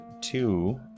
two